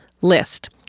list